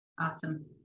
Awesome